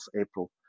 April